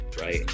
Right